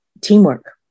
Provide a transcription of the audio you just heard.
teamwork